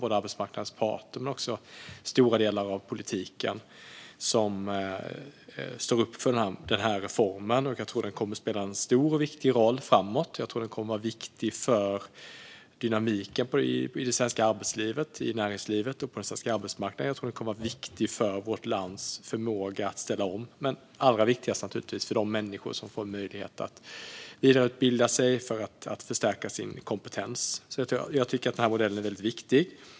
Både arbetsmarknadens parter och stora delar av politiken står upp för den. Jag tror att denna reform kommer att spela en stor och viktig roll framåt och att den kommer att vara viktig för dynamiken i det svenska arbetslivet och näringslivet och på den svenska arbetsmarknaden. Jag tror att den kommer att vara viktig för vårt lands förmåga att ställa om, men naturligtvis allra viktigast för de människor som får möjlighet att vidareutbilda sig för att förstärka sin kompetens. Jag tycker att den här modellen är väldigt viktig.